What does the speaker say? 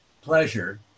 pleasure